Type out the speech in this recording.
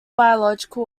biological